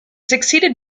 succeeded